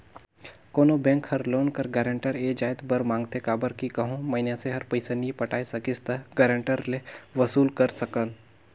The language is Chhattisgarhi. कोनो बेंक हर लोन कर गारंटर ए जाएत बर मांगथे काबर कि कहों मइनसे हर पइसा नी पटाए सकिस ता गारंटर ले वसूल कर सकन